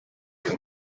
can